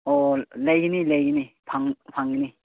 ꯑꯣ ꯂꯩꯒꯅꯤ ꯂꯩꯒꯅꯤ ꯐꯪꯒꯅꯤ